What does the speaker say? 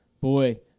boy